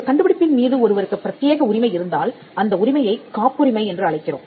ஒரு கண்டுபிடிப்பின் மீது ஒருவருக்கு பிரத்தியேக உரிமை இருந்தால் அந்த உரிமையை காப்புரிமை என்று அழைக்கிறோம்